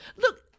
look